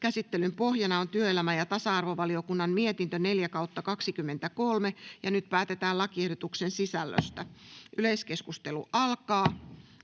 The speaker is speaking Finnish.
Käsittelyn pohjana on talousvaliokunnan mietintö TaVM 10/2023 vp. Nyt päätetään lakiehdotuksen sisällöstä. — Yleiskeskustelu alkaa.